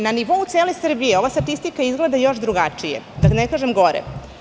Na nivou cele Srbije ova statistika izgleda još drugačije, da ne kažem gore.